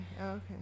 okay